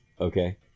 Okay